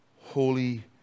holy